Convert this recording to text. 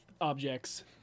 objects